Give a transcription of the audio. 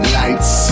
lights